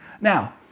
Now